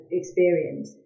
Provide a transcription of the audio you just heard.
experience